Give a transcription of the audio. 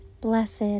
Blessed